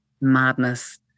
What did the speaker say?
madness